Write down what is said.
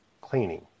cleaning